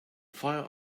fire